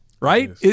Right